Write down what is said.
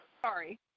Sorry